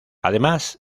además